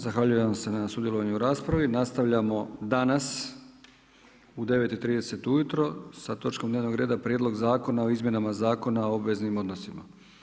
Zahvaljujem se na sudjelovanju u raspravi nastavljamo danas u 9,30 ujutro sa točkom dnevnog reda Prijedlog Zakona o izmjenama Zakona o obveznim odnosima.